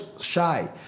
shy